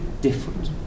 different